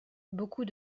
beaucoup